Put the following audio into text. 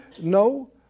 No